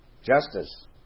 justice